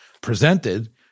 presented